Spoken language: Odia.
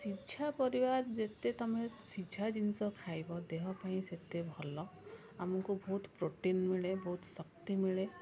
ସିଝା ପରିବା ଯେତେ ତୁମେ ସିଝା ଜିନିଷ ଯେତେ ଖାଇବ ଦେହ ପାଇଁ ସେତେ ଭଲ ଆମକୁ ବହୁତ ପ୍ରୋଟିନ୍ ମିଳେ ବହୁତ ଶକ୍ତି ମିଳେ